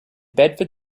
bedford